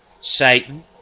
Satan